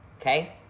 okay